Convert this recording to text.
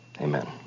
Amen